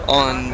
on